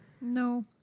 No